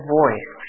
voice